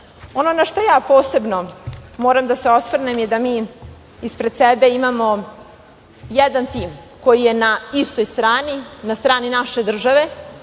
na šta ja posebno moram da se osvrnem je da mi ispred sebe imamo jedan tim koji je na istoj strani, na strani naše države